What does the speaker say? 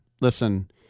listen